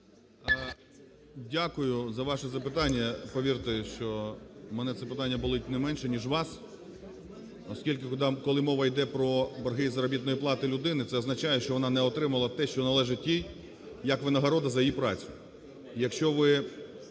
Дякую за ваше запитання. Повірте, що мене це питання болить не менше, ніж вас, оскільки, коли мова іде про борги з заробітної плати людини. Це означає, що вона не отримала те, що належить їй як винагорода за її працю.